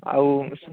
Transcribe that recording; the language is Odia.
ଆଉ